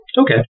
Okay